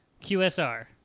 QSR